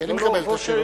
כי אני מקבל את השאלות,